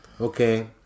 okay